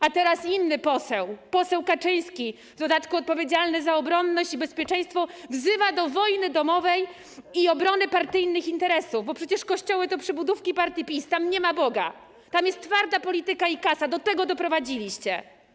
A teraz inny poseł, poseł Kaczyński, w dodatku odpowiedzialny za obronność i bezpieczeństwo, wzywa do wojny domowej i obrony partyjnych interesów, bo przecież kościoły to przybudówki partii PiS, tam nie ma Boga, tam jest twarda polityka i kasa, do tego doprowadziliście.